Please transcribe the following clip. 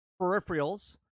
peripherals